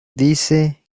dice